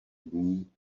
dní